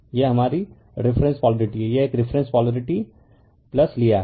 यह हमारी reference polarity है यह एक रिफरेन्स पोलारिटी लिया है